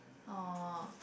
oh